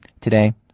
Today